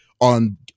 on